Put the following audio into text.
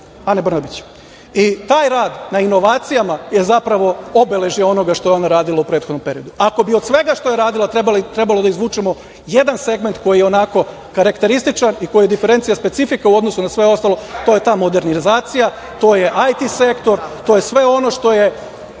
Ane Branabić. Taj rad na inovacijama je zapravo obeležje onoga što je ona radila u prethodnom periodu. Ako bi od svega što je radila trebali da izvučemo jedan segment koji je onako karakterističan i koji je diferencija specifika u odnosu na sve ostalo, to je ta modernizacija, to je IT sektor i to je sve ono što je